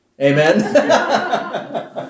Amen